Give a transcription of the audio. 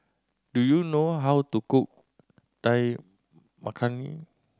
do you know how to cook Dal Makhani